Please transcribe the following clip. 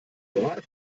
moral